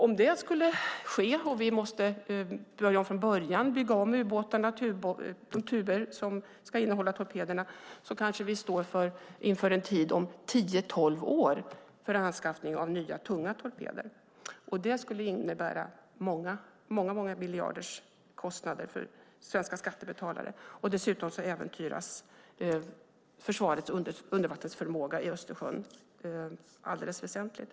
Om det skulle ske och vi måste börja om från början och bygga om ubåtarna - de tuber som ska innehålla torpederna - kanske vi står inför en tid om tio tolv år för anskaffning av nya tunga torpeder. Det skulle innebära kostnader på många miljarder för svenska skattebetalare. Dessutom äventyras försvarets undervattensförmåga i Östersjön alldeles väsentligt.